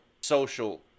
social